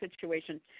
situation